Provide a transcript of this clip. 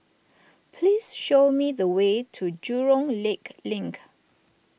please show me the way to Jurong Lake Link